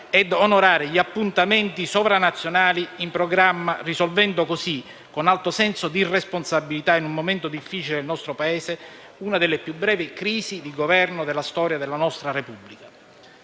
e onorare gli appuntamenti sovranazionali in programma, risolvendo così con alto senso di responsabilità, in un momento difficile del nostro Paese, una delle più brevi crisi di Governo della storia della nostra Repubblica.